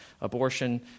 abortion